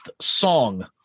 song